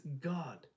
god